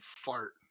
fart